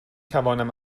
توانم